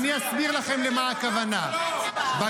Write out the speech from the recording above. והוא לא כל כך מבין מה זה אומר שאני לא אציית לצו הבלתי-חוקי של בג"ץ.